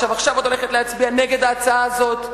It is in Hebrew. עכשיו את הולכת להצביע נגד ההצעה הזאת.